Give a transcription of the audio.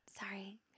sorry